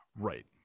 right